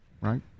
right